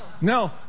No